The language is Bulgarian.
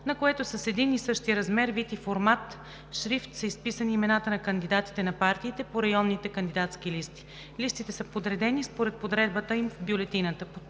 на което с един и същи размер, вид и формат шрифт са изписани имената на кандидатите на партиите по районните кандидатски листи. Листите са подредени според подредбата им в бюлетината.